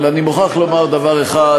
אבל אני מוכרח להגיד דבר אחד,